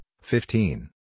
fifteen